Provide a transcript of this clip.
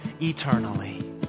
eternally